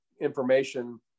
information